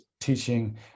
teaching